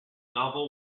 novel